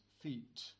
feet